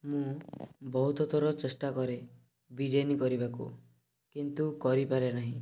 ମୁଁ ବହୁତ ଥର ଚେଷ୍ଟା କରେ ବିରିୟାନୀ କରିବାକୁ କିନ୍ତୁ କରି ପାରେ ନାହିଁ